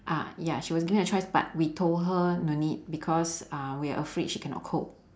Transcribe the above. ah ya she was given a choice but we told her no need because uh we are afraid she cannot cope